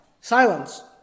Silence